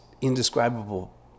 indescribable